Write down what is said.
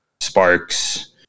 Sparks